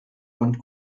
und